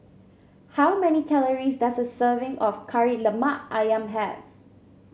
how many calories does a serving of Kari Lemak ayam have